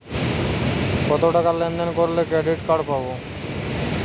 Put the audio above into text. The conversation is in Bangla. কতটাকা লেনদেন করলে ক্রেডিট কার্ড পাব?